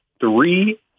three